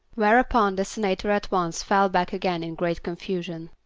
whereupon the senator at once fell back again in great confusion.